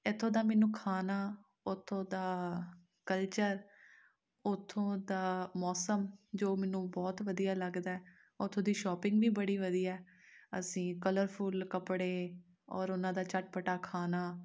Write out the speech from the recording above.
ਇੱਥੋਂ ਦਾ ਮੈਨੂੰ ਖਾਣਾ ਉੱਥੋਂ ਦਾ ਕਲਚਰ ਉੱਥੋਂ ਦਾ ਮੌਸਮ ਜੋ ਮੈਨੂੰ ਬਹੁਤ ਵਧੀਆ ਲੱਗਦਾ ਹੈ ਉੱਥੋਂ ਦੀ ਸ਼ੋਪਿੰਗ ਵੀ ਬੜੀ ਵਧੀਆ ਅਸੀਂ ਕਲਰਫੁੱਲ ਕੱਪੜੇ ਔਰ ਉਹਨਾਂ ਦਾ ਚਟਪਟਾ ਖਾਣਾ